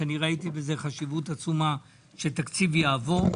שאני ראיתי בזה חשיבות עצומה שתקציב יעבור.